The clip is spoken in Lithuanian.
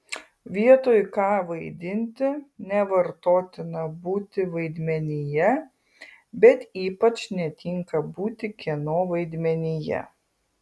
vietoj ką vaidinti nevartotina būti vaidmenyje bet ypač netinka būti kieno vaidmenyje